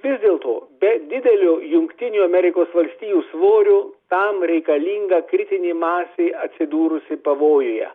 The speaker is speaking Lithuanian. vis dėlto be didelio jungtinių amerikos valstijų svorio tam reikalinga kritinė masė atsidūrusi pavojuje